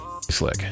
Slick